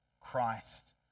christ